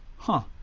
huh.